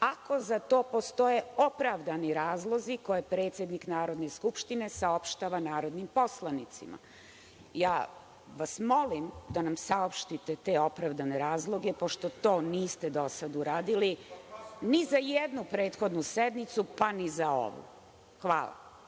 ako za to postoje opravdani razlozi koje predsednik Narodne skupštine saopštava narodnim poslanicima. Ja vas molim da nam saopštite te opravdane razloge, pošto to niste do sada uradili, ni za jednu prethodnu sednicu, pa ni za ovu. Hvala.